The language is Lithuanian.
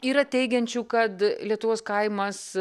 yra teigiančių kad lietuvos kaimas